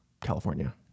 California